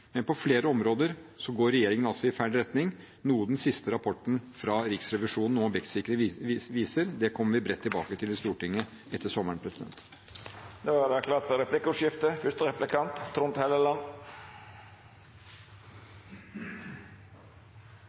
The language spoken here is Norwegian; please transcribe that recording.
Men på flere områder går regjeringen altså i feil retning, noe den siste rapporten fra Riksrevisjonen om objektsikring viser. Det kommer vi bredt tilbake til i Stortinget etter sommeren.